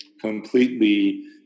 completely